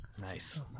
Nice